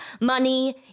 money